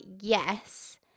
yes